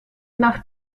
nach